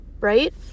right